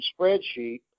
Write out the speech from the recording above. spreadsheet